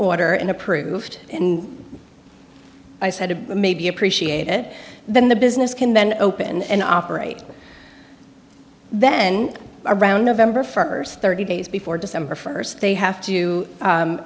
order and approved and i said to maybe appreciate it then the business can then open and operate then around november first thirty days before december first they have to